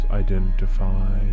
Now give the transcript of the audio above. identify